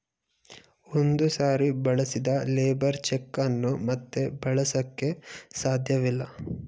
ಒಂದು ಸಾರಿ ಬಳಸಿದ ಲೇಬರ್ ಚೆಕ್ ಅನ್ನು ಮತ್ತೆ ಬಳಸಕೆ ಸಾಧ್ಯವಿಲ್ಲ